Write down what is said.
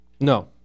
No